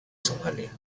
somalia